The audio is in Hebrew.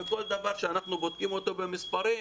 וכל דבר שאנחנו בודקים אותו במספרים